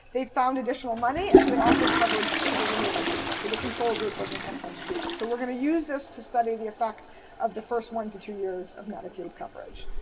they found additional money, and so they offered coverage to the remaining people. so the control group was, in some sense, treated. so we're going to use this to study the effect of the first one to two years of medicaid coverage.